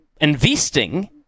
investing